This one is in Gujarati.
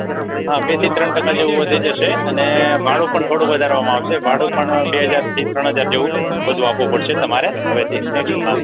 હા બેથી ત્રણ ટકા જેવું વધી જશે અને ભાડું પણ થોડું વધારવામાં આવશે ભાડું પણ બે હજારથી ત્રણ હજાર જેવું વધુ આપવું પડશે તમારે હવેથી નેકસ્ટમાં